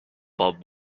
bob